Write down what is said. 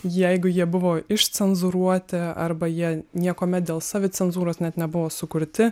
jeigu jie buvo išcenzūruoti arba jie niekuomet dėl savicenzūros net nebuvo sukurti